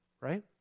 right